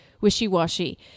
wishy-washy